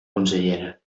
consellera